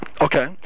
Okay